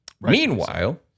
Meanwhile